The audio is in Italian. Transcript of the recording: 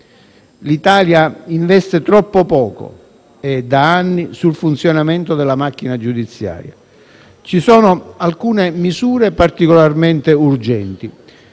L'Italia investe troppo poco, e da anni, sul funzionamento della macchina giudiziaria. Ci sono alcune misure particolarmente urgenti: